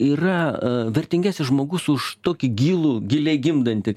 yra vertingesnis žmogus už tokį gilų giliai gimdantį